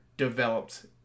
developed